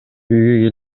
үйгө